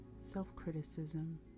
self-criticism